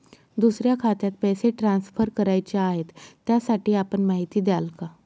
दुसऱ्या खात्यात पैसे ट्रान्सफर करायचे आहेत, त्यासाठी आपण माहिती द्याल का?